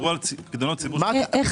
מה זה שווי שוק?